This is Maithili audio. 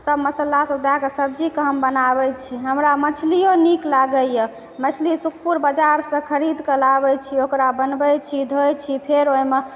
सब मसाला सब दए कऽ सब्जीके हम बनाबै छी हमरा मछलिओ नीक लागैए मछली सुखपुर बजारसँ खरीद कए लाबै छी ओकरा बनबै छी धोइ छी फेर ओहिमे